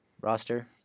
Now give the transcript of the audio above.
roster